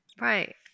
Right